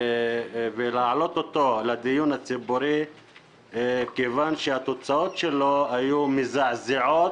להעלות אותו לדיון ציבורי כיוון שהתוצאות שלו היו מזעזעות